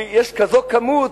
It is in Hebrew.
כי יש כזאת כמות,